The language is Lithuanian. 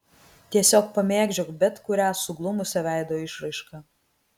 tiesiog pamėgdžiok bet kurią suglumusią veido išraišką